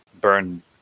burn